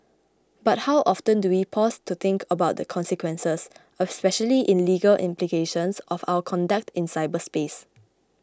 but how often do we pause to think about the consequences of especially in legal implications of our conduct in cyberspace